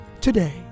today